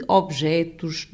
objetos